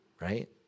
right